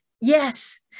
Yes